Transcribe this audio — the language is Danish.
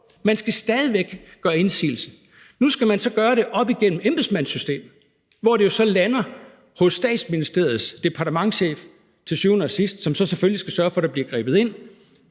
man skal stadig væk gøre indsigelse. Nu skal man så gøre det op igennem embedsmandssystemet, hvor det jo så til syvende og sidst lander hos Statsministeriets departementschef, som så selvfølgelig skal sørge for, at der bliver grebet ind.